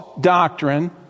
doctrine